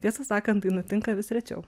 tiesą sakant tai nutinka vis rečiau